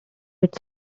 its